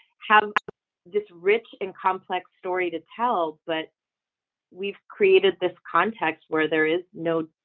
have this rich and complex story to tell but we've created this context where there is no,